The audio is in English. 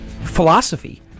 philosophy